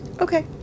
Okay